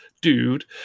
dude